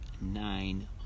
nine